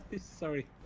Sorry